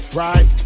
right